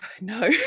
no